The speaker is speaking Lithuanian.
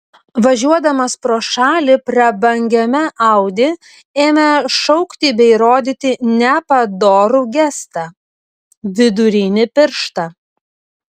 važiuodamas pro šalį prabangiame audi ėmė šaukti bei rodyti nepadorų gestą vidurinį pirštą